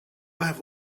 have